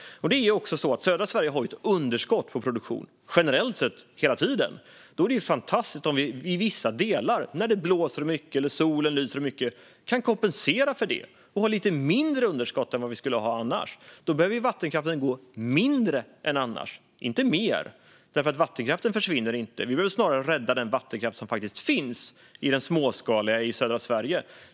Södra Sverige har ett underskott på produktion, generellt sett och hela tiden. Då är det fantastiskt om vi i vissa delar, när det blåser mycket eller när solen lyser mycket, kan kompensera för det och ha ett lite mindre underskott än vi annars skulle ha. Då skulle vattenkraftverken behöva gå mindre än annars, inte mer. Vattenkraften försvinner inte. Vi behöver snarare rädda den småskaliga vattenkraft som faktiskt finns i södra Sverige.